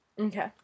okay